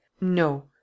No